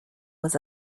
was